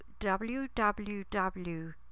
www